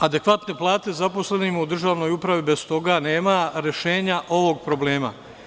Adekvatne plate zaposlenima u državnoj upravi, bez toga nema rešenja ovog problema.